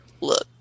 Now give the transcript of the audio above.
look